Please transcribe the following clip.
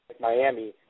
Miami